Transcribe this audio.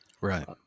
Right